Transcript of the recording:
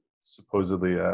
supposedly